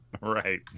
Right